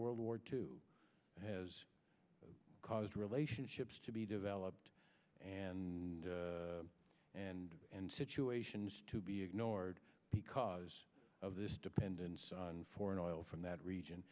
world war two has caused relationships to be developed and and and situations to be ignored because of this dependence on foreign oil from that region